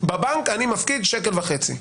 בבנק אני מפקיד שקל וחצי.